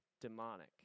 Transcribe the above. demonic